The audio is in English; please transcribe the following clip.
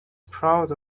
proud